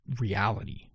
reality